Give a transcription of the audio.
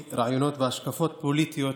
והשקפות פוליטיות